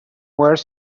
were